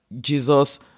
Jesus